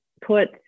put